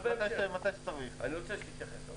אני רוצה שתתייחס לזה.